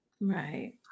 Right